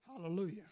Hallelujah